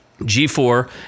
G4